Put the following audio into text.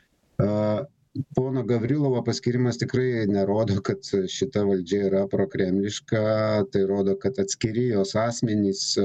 pono gavrilovo paskyrimas tikrai nerodo kad šita valdžia yra prokremliška tai rodo kad atskiri jos asmenys